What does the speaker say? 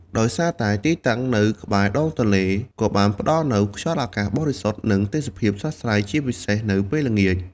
ដោយសារតែទីតាំងនៅក្បែរដងទន្លេ ក៏បានផ្ដល់នូវខ្យល់អាកាសបរិសុទ្ធ និងទេសភាពស្រស់ស្រាយ ជាពិសេសនៅពេលល្ងាច។